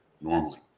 normally